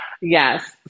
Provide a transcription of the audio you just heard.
yes